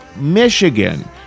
Michigan